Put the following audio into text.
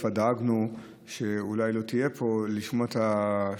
אנחנו כבר דאגנו שאולי לא תהיה פה לשמוע את השאילתה,